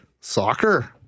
soccer